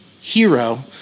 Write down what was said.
hero